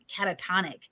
catatonic